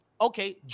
okay